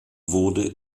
wurde